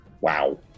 Wow